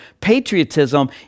patriotism